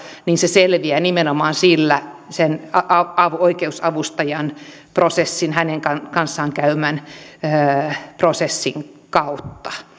selviää nimenomaan sen oikeusavustajan kanssa käydyn prosessin kautta